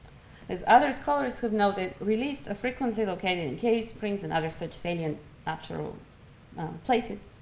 as other scholars have noted, reliefs are frequently located in caves, springs, and other such salient natural places.